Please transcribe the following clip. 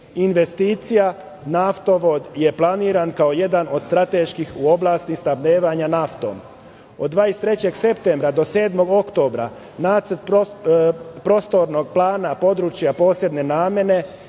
investicija naftovod je planiran kao jedan od strateških u oblasti snabdevanja naftom. Od 23. septembra do 7. oktobra Nacrt prostornog plana područja prostorne namene